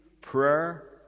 prayer